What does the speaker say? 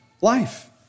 life